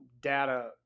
data